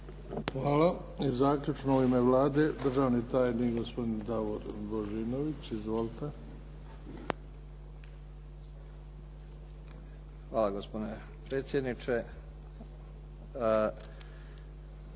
Hvala. I zaključno u ime Vlade, državni tajnik gospodin Davor Božinović. Izvolite. **Božinović, Davor** Hvala gospodine predsjedniče.